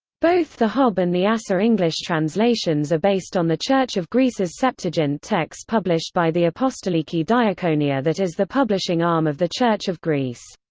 both the hob and the asser english translations are based on the church of greece's septuagint text published by the apostoliki diakonia that is the publishing arm of the church of greece.